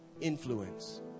influence